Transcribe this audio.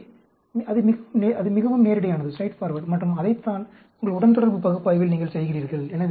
எனவே அது மிகவும் நேரிடையானது மற்றும் அதைத்தான் உங்கள் உடன்தொடர்பு பகுப்பாய்வில் நீங்கள் செய்கிறீர்கள்